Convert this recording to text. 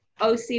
oc